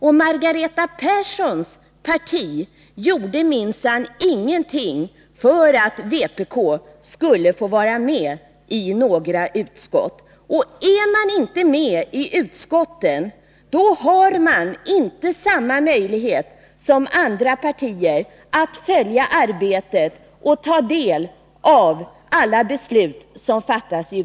Och Margareta Perssons parti gjorde minsann ingenting för att vpk skulle få vara med i utskotten. Är man inte det, då har man inte samma möjlighet som andra partier att följa arbetet och ta del av alla de beslut som fattas där.